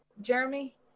Jeremy